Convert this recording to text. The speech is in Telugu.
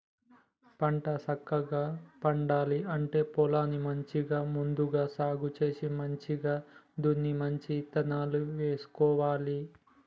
పంట సక్కగా పండాలి అంటే పొలాన్ని మంచిగా ముందుగా సాగు చేసి మంచిగ దున్ని మంచి ఇత్తనాలు వేసుకోవాలి